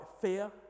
fear